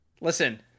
Listen